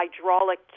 hydraulic